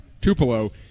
Tupelo